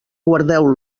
guardeu